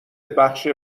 بخش